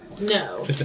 No